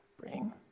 bring